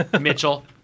Mitchell